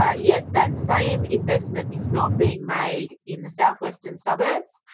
ah yet that same investment is not being made in the south western suburbs.